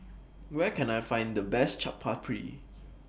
Where Can I Find The Best Chaat Papri